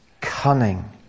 cunning